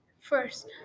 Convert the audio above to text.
First